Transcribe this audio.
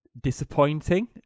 disappointing